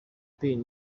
pierre